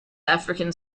african